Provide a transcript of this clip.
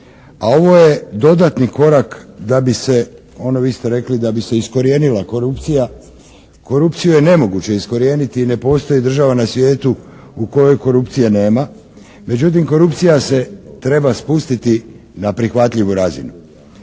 ono vi ste rekli da bi se iskorijenila korupcija. Korupciju je nemoguće iskorijeniti i ne postoji država na svijetu u kojoj korupcije nema. Međutim, korupcija se treba spustiti na prihvatljivu razinu